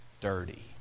dirty